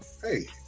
hey